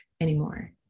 anymore